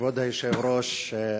כבוד היושב-ראש,